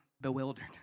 bewildered